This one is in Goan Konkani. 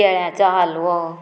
केळ्यांचो हालवो